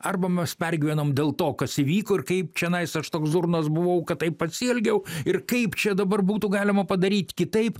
arba mes pergyvenam dėl to kas įvyko ir kaip čionai aš toks durnas buvau kad taip pasielgiau ir kaip čia dabar būtų galima padaryt kitaip